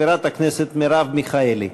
חברת הכנסת מרב מיכאלי.